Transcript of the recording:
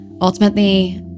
ultimately